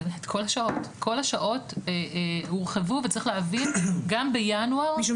את כל השעות הורחבו וצריך להבין גם בינואר -- משום